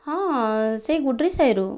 ହଁ ସେ ଗୁଡ଼ୁରିସାହିରୁ